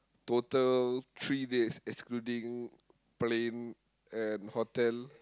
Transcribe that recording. total three days excluding plane and hotel